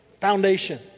foundation